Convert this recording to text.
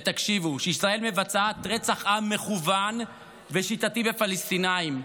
ותקשיבו: ישראל מבצעת רצח עם מכוון ושיטתי בפלסטינים,